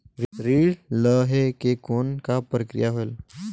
ऋण लहे के कौन का प्रक्रिया होयल?